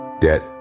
debt